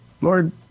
Lord